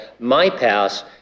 MyPASS